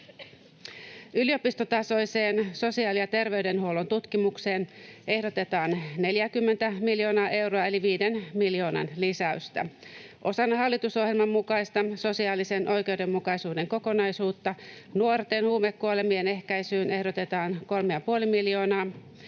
Yliopistotasoiseen sosiaali- ja terveydenhuollon tutkimukseen ehdotetaan 40:tä miljoonaa euroa eli viiden miljoonan lisäystä. Osana hallitusohjelman mukaista sosiaalisen oikeudenmukaisuuden kokonaisuutta nuorten huumekuolemien ehkäisyyn ehdotetaan 3,5 miljoonaa.